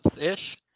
ish